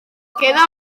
queda